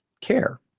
care